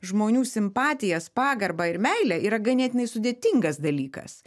žmonių simpatijas pagarbą ir meilę yra ganėtinai sudėtingas dalykas